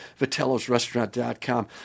Vitello'sRestaurant.com